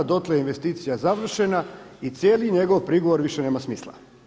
Dotle je investicija završena i cijeli njegov prigovor više nema smisla.